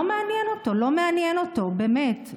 לא מעניין אותו, לא מעניין אותו, באמת.